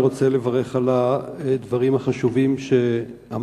אני רוצה לברך על הדברים החשובים שאמרת,